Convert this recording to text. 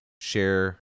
share